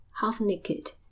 half-naked